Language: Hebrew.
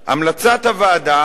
המלצת הוועדה,